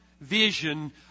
vision